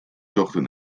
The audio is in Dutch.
zochten